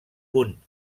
punt